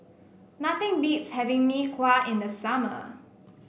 nothing beats having Mee Kuah in the summer